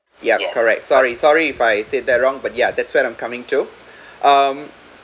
ya correct sorry sorry if I said that wrong but yeah that's what I'm coming to um